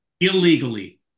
Illegally